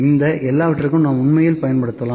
இந்த எல்லாவற்றிலும் நாம் உண்மையில் பயன்படுத்தலாம்